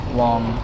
long